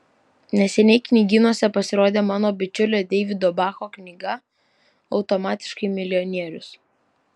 neseniai knygynuose pasirodė mano bičiulio deivido bacho knyga automatiškai milijonierius